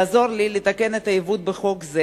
אני מבקשת מכם לעזור לי לתקן את העיוות בחוק זה.